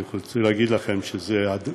אנחנו צריכים להגיד לכם שאלו